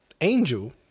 Angel